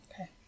Okay